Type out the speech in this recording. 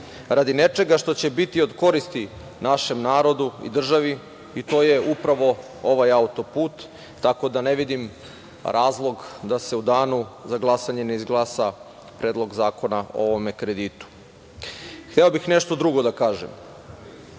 radi nečega što će biti od koristi našem narodu i državi i to je upravo ovaj auto-put, tako da ne vidim razlog da se u danu za glasanje ne izglasa predlog zakona o ovome kreditu. Hteo bih nešto drugo da kažem. Mnogo